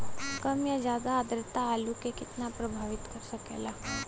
कम या ज्यादा आद्रता आलू के कितना प्रभावित कर सकेला?